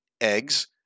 eggs